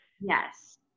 yes